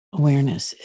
Awareness